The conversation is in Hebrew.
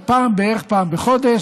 בערך פעם בחודש,